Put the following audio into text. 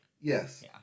Yes